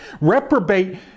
reprobate